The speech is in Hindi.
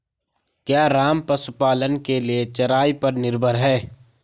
क्या राम पशुपालन के लिए चराई पर निर्भर है?